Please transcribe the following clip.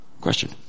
Question